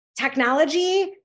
technology